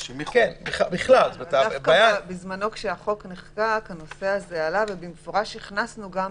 דווקא כשהחוק נחקק הנושא הזה עלה ובמפורש הכנסנו לתוך